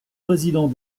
président